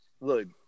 look